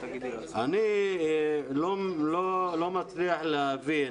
אני לא מצליח להבין